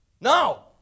No